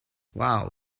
wow